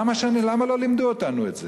למה לא לימדו אותנו את זה?